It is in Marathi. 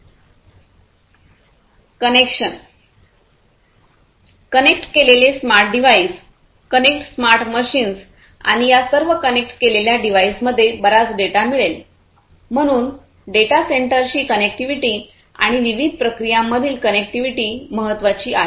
कनेक्शन कनेक्ट केलेले smart device connect smart machines आणि या सर्व कनेक्ट केलेल्या डिव्हाइसमध्ये बराच डेटा मिळेल म्हणून डेटा सेंटरशी कनेक्टिव्हिटी आणि विविध प्रक्रियांमधील कनेक्टिव्हिटी महत्वाची आहे